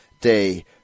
day